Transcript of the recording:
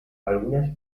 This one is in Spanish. algunas